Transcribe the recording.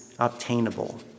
Obtainable